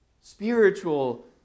spiritual